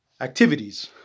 activities